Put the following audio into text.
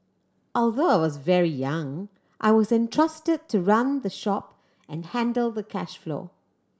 although I was very young I was entrusted to run the shop and handle the cash flow